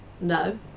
no